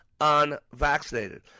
unvaccinated